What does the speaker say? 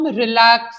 relax